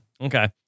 Okay